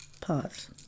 Pause